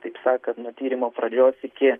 taip sakant nuo tyrimo pradžios iki